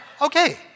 Okay